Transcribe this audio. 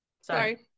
sorry